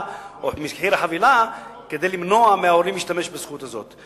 או במחיר החבילה כדי למנוע מההורים להשתמש בזכות הזאת.